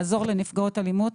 לעזור לנפגעות אלימות,